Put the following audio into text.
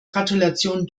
gratulation